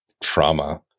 trauma